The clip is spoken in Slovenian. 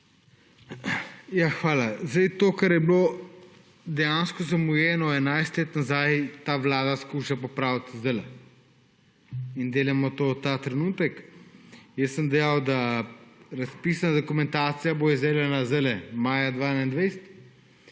Hvala. To, kar je bilo dejansko zamujeno 11 let nazaj, ta vlada skuša popraviti zdajle in delamo to ta trenutek. Jaz sem dejal, da bo razpisna dokumentacija izdelana maja 2021,